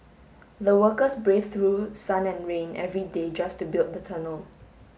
the workers braved through sun and rain every day just to build the tunnel